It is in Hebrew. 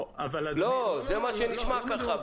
ככה זה נשמע.